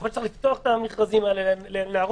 יכול להיות שצריך לפתוח את המכרזים האלה ולערוך